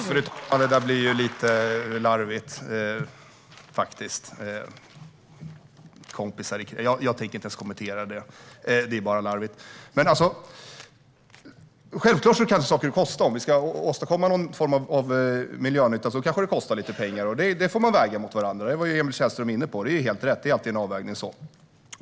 Fru talman! Det där blev ju lite larvigt. "Kompisar i Kreml" - jag tänker inte ens kommentera det. Det är bara larvigt. Självklart kan saker kosta. Om vi ska åstadkomma någon form av miljönytta kanske det kostar lite pengar. Det får man avväga. Emil Källström var inne på det, och det är helt rätt. Det är alltid en avvägning.